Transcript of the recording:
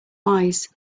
wise